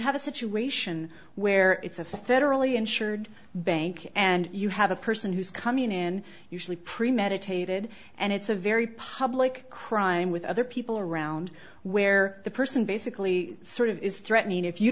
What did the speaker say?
have a situation where it's a federally insured bank and you have a person who's coming in usually premeditated and it's a very public crime with other people around where the person basically sort of is threatening if you